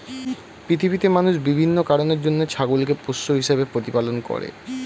পৃথিবীতে মানুষ বিভিন্ন কারণের জন্য ছাগলকে পোষ্য হিসেবে প্রতিপালন করে